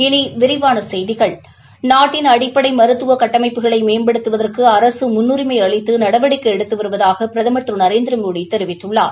இனி விரிவான செய்திகள் நாட்டின் அடிப்படை மருத்துவ கட்டமைப்புகளை மேம்படுத்துவதற்கு அரசு முன்னுிமை அளித்து நடவடிக்கை எடுத்து வருவதாக பிரதமர் திரு நரேந்திரமோடி தெரிவித்துள்ளார்